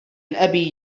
أبي